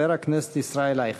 חבר הכנסת ישראל אייכלר.